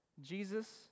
Jesus